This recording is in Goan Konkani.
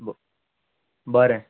बरें